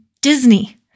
Disney